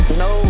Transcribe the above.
no